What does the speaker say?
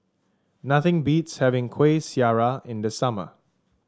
nothing beats having Kuih Syara in the summer